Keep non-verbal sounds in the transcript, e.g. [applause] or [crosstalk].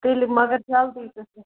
تیٚلہِ مگر جلدی گٔژھ [unintelligible]